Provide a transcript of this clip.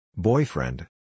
Boyfriend